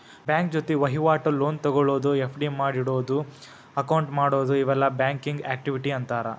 bank ಜೊತಿ ವಹಿವಾಟು, loan ತೊಗೊಳೋದು, ಎಫ್.ಡಿ ಮಾಡಿಡೊದು, ಅಕೌಂಟ್ ಮಾಡೊದು ಇವೆಲ್ಲಾ ಬ್ಯಾಂಕಿಂಗ್ ಆಕ್ಟಿವಿಟಿ ಅಂತಾರ